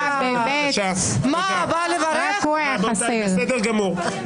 אתם צריכים להתבייש בעצמכם.